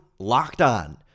LOCKEDON